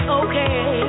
okay